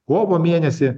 kovo mėnesį